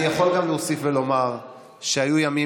אני יכול גם להוסיף ולומר שהיו ימים